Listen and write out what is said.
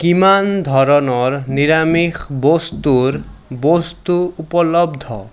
কিমান ধৰণৰ নিৰামিষ বস্তুৰ বস্তু উপলব্ধ